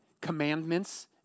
commandments